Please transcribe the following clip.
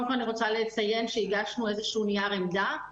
אני רוצה לציין שהגשנו נייר עמדה לוועדה.